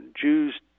Jews